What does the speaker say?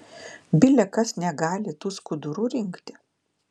bile kas negali tų skudurų rinkti